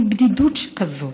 מין בדידות שכזאת.